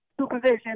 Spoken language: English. supervision